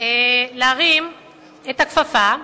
להרים את הכפפה,